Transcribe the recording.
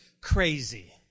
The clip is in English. crazy